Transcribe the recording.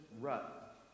rut